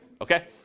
okay